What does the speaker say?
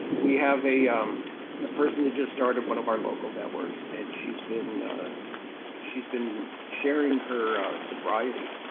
we have a um ah person that just started one of our local networks, and she's been she's been sharing her sobriety.